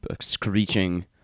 screeching